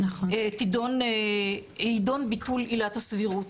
יידון ביטול עילת הסבירות.